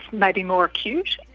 maybe more acute.